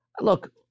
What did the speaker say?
Look